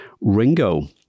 Ringo